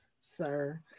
sir